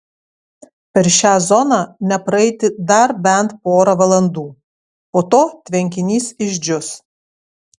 per šią zoną nepraeiti dar bent porą valandų po to tvenkinys išdžius